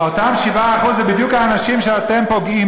אותם 7% הם בדיוק אותם אנשים שאתם פוגעים